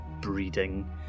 breeding